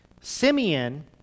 Simeon